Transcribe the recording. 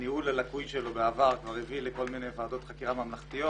הניהול הלקוי שלו בעבר כבר הביא לכל מיני ועדות חקירה ממלכתיות,